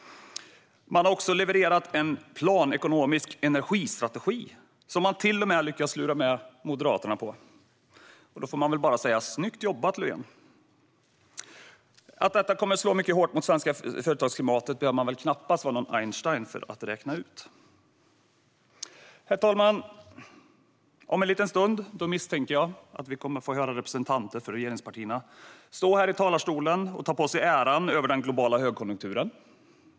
Man har också levererat en planekonomisk energistrategi, som man till och med har lyckats lura med Moderaterna på. Då får jag bara säga: Snyggt jobbat, Löfven! Att detta kommer att slå mycket hårt mot det svenska företagsklimatet behöver man knappast vara någon Einstein för att räkna ut. Herr talman! Jag misstänker att vi om en liten stund kommer att få höra representanter för regeringspartierna stå här i talarstolen och ta på sig äran av den globala högkonjunkturen.